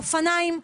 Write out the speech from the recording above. אופניים,